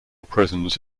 prisons